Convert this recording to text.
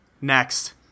Next